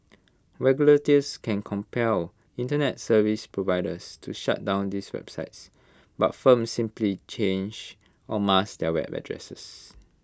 regulators can compel Internet service providers to shut down these websites but firms simply change or mask their web addresses